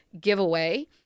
giveaway